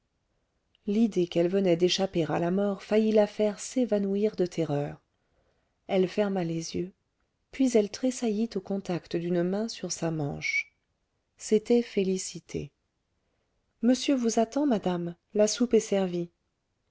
l'idée qu'elle venait d'échapper à la mort faillit la faire s'évanouir de terreur elle ferma les yeux puis elle tressaillit au contact d'une main sur sa manche c'était félicité monsieur vous attend madame la soupe est servie